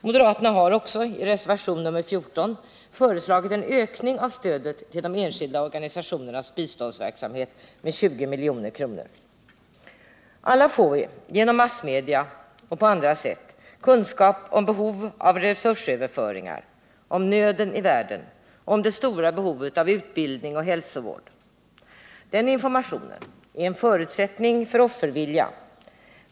Moderaterna har också i reservationen 14 föreslagit en ökning av stödet till de enskilda organisationernas biståndsverksamhet med 20 milj.kr. Alla får vi, genom massmedia och på andra sätt, kunskap om behov av resursöverföringar, om nöden i världen, om det stora behovet av utbildning och hälsovård. Den informationen är en förutsättning för offervilja.